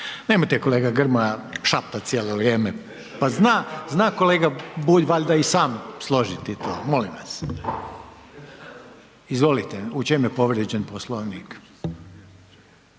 Nemojte kolega Grmoja šaptat cijelo vrijeme, pa zna kolega Bulja valjda i sam složiti to, molim vas. Izvolite u čem je povrijeđen Poslovnik.